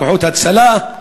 כוחות הצלה,